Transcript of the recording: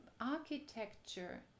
architecture